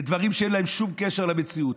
בדברים שאין להם שום קשר למציאות.